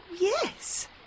Yes